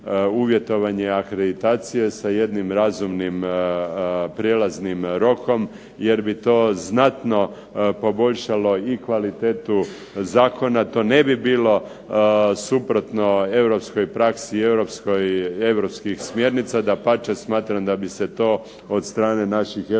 uvjetovanje akreditacije sa jednim razumnim prijelaznim rokom, jer bi to znatno poboljšalo i kvalitetu zakona. To ne bi bilo suprotno europskoj praksi i europskih smjernica. Dapače smatram da bi se to od strane naših europskih